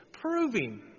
proving